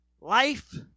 life